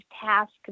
task